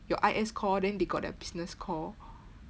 you I_S core then they got their business core